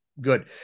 Good